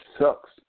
sucks